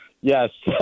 Yes